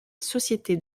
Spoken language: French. société